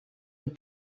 and